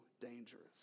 dangerous